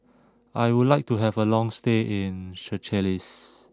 I would like to have a long stay in Seychelles